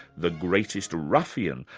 the greatest ruffian,